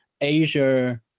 Asia